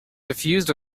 suffused